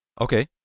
Okay